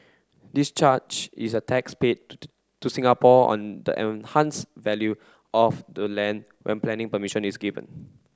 this charge is a tax paid to Singapore on the enhance value of the land when planning permission is given